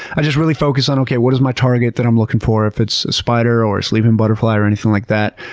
i just really focus on, okay, what is my target that i'm looking for, if it's a spider or sleeping butterfly or anything like that.